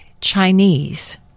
Chinese